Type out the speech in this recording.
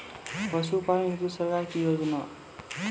पशुपालन हेतु सरकार की योजना?